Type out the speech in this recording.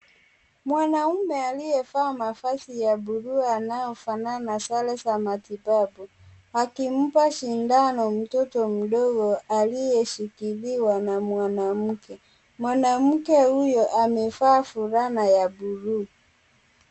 Mwanaume aliyevaa mavazi ya buluu anaofanana zile za matibabu akimpa sindano mtoto mdogo aliyeshikiliwa na mwanamke. Mwanamke huyo amevaa fulana ya buluu.